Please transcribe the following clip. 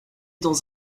dans